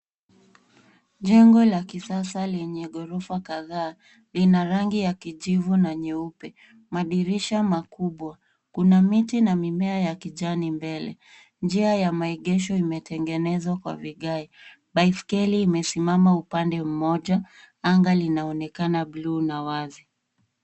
Jengo la kisasa lenye gorofa kadhaa, lina rangi ya kijivu na nyeupe .Madirisha makubwa, Kuna miti na mimea ya kijani mbele. Njia ya maegesho imetengenezwa kwa vigae. Baiskeli imesimama upande mmoja, anga linaonekana blue na wazi.